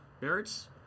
Barrett's